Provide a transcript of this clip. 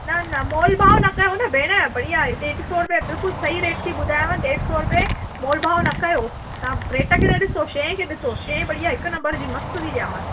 न न मोल भाव न कयो न भेण बढ़िया आहे ॾेढ सौ रुपिया बिल्कुल सही रेट थी ॿुधायांव ॾेढ सौ रुपए मोल भाव न कयो तव्हां रेट खे न ॾिसो शइ खे ॾिसो शइ बढ़िया आहे हिकु नंबर जी मस्तु थी ॾियांव